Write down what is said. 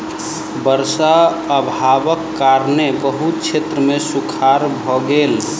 वर्षा अभावक कारणेँ बहुत क्षेत्र मे सूखाड़ भ गेल